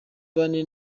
bane